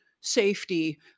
safety